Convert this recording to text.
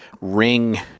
ring